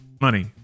money